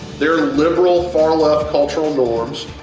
their liberal far-left cultural norms,